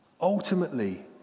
Ultimately